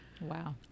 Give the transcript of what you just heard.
Wow